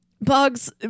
Bugs